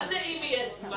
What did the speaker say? מה זה "אם יהיה זמן"?